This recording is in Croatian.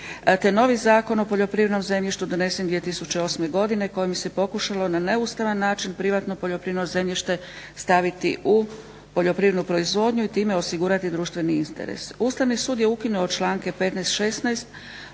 novi Zakon o poljoprivrednom zemljištu donese 2008. godine kojim se pokušalo na neustavan način privatno poljoprivredno zemljište staviti u poljoprivrednu proizvodnju i time osigurati društveni interes. Ustavni sud je ukinuo članke 15,